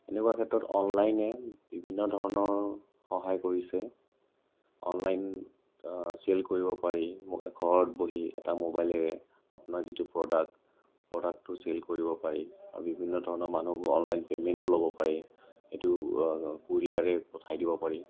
এনেকুৱা ক্ষেত্ৰত অনলাইনে বিভিন্ন ধৰণৰ সহায় কৰিছে অনলাইন চেল কৰিব পাৰি ঘৰত বহি এটা মবাইলেৰে আপোনাৰ যিটো প্ৰডাক্ট প্ৰডাক্টটো চেল কৰিব পাৰি আৰু বিভিন্ন ধৰণৰ মানুহ অনলাইন পে'মেণ্টো ল'ব পাৰি এইটো কোৰিয়াৰে পঠাই দিব পাৰি